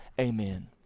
Amen